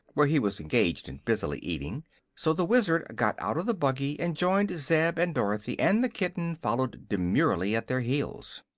where he was engaged in busily eating so the wizard got out of the buggy and joined zeb and dorothy, and the kitten followed demurely at their heels.